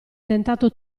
tentato